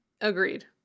agreed